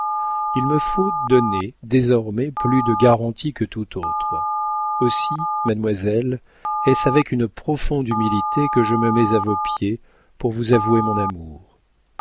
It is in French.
il me faut donner désormais plus de garanties que tout autre aussi mademoiselle est-ce avec une profonde humilité que je me mets à vos pieds pour vous avouer mon amour